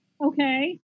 okay